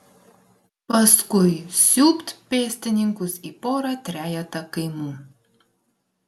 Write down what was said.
paskui siūbt pėstininkus į porą trejetą kaimų